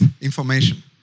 information